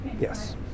yes